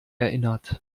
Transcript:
erinnert